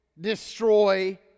destroy